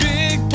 Big